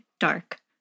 Dark